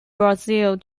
brazil